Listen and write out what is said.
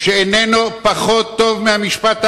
שאיננו פחות טוב מהמשפט האנגלי,